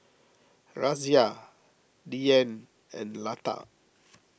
Razia Dhyan and Lata